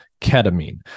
ketamine